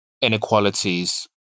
inequalities